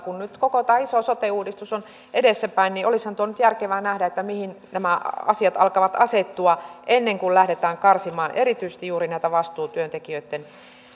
kun nyt koko tämä iso sote uudistus on edessäpäin niin olisihan tuo nyt järkevää nähdä mihin nämä asiat alkavat asettua ennen kuin lähdetään karsimaan erityisesti juuri näitä vastuutyöntekijöitten